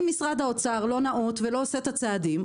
אם משרד האוצר לא ניאות ולא עושה את הצעדים,